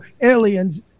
aliens